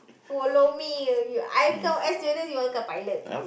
follow me uh I become air stewardess you want become pilot